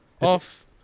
off